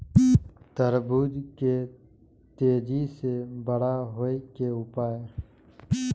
तरबूज के तेजी से बड़ा होय के उपाय?